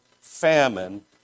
famine